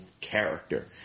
character